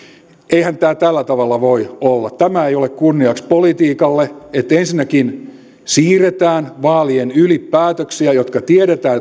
eihän tämä tällä tavalla voi olla tämä ei ole kunniaksi politiikalle että ensinnäkin siirretään vaalien yli päätöksiä joiden tiedetään